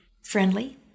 friendly